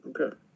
Okay